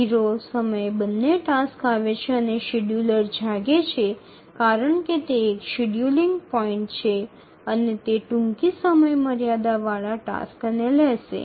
0 સમયે બંને ટાસક્સ આવે છે અને શેડ્યૂલર જાગે છે કારણ કે તે એક શેડ્યૂલિંગ પોઇન્ટ છે અને તે ટૂંકી સમયમર્યાદા વાળા ટાસ્કને લેશે